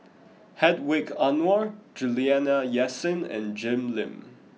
Hedwig Anuar Juliana Yasin and Jim Lim